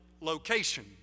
location